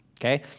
okay